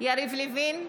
יריב לוין,